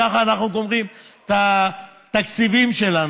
ככה אנחנו גומרים את התקציבים שלנו.